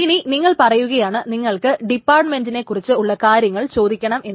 ഇനി നിങ്ങൾ പറയുകയാണ് നിങ്ങൾക്ക് ഡിപ്പാർട്ടുമെന്റിനെ കുറിച്ച് ഉള്ള കാര്യങ്ങൾ ചോദിക്കണമെന്ന്